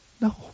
No